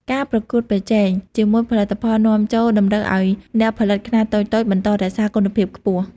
ការប្រកួតប្រជែង ជាមួយផលិតផលនាំចូលតម្រូវឱ្យអ្នកផលិតខ្នាតតូចៗបន្តរក្សាគុណភាពខ្ពស់។